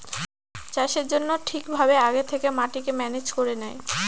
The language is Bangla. চাষের জন্য ঠিক ভাবে আগে থেকে মাটিকে ম্যানেজ করে নেয়